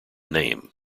name